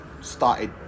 started